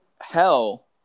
hell